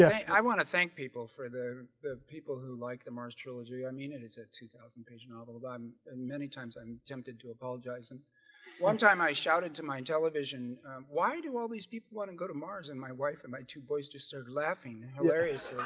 i want to thank people for the the people who like the mars trilogy i mean it is a two thousand page novel about and many times. i'm tempted to apologize and one time i shouted to my intellivision why do all these people want to and go to mars and my wife and my two boys just served laughing hilarious?